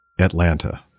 Atlanta